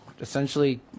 essentially